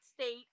state